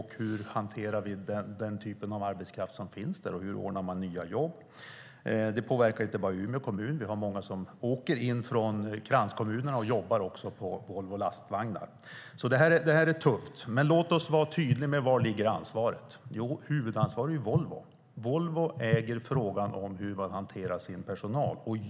Hur hanterar vi den typen av arbetskraft som finns där, och hur ordnas nya jobb? Det här påverkar inte bara Umeå kommun, utan många åker in från kranskommunerna och jobbar på Volvo Lastvagnar. Det är tufft. Låt oss vara tydliga med var ansvaret ligger. Huvudansvarigt är Volvo. Volvo äger frågan om hur man hanterar sin personal.